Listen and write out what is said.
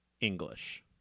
English